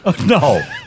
No